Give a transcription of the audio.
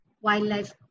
wildlife